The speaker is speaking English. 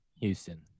Houston